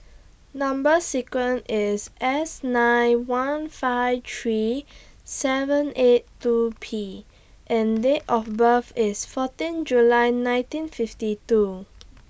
Number sequence IS S nine one five three seven eight two P and Date of birth IS fourteen July nineteen fifty two